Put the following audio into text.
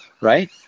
right